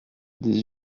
des